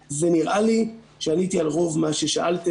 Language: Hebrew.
ונראה לי שעניתי על רוב ממה שאלתם.